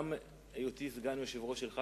גם היותי סגן יושב-ראש שלך,